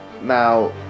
Now